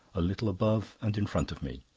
a little above and in front of me.